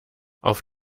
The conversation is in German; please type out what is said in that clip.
auf